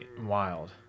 wild